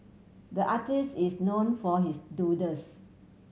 the artist is known for his doodles